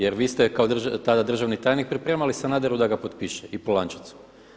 Jer vi ste tada kao državni tajnik pripremali Sanaderu da ga potpiše i Polančecu.